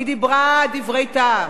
היא דיברה דברי טעם,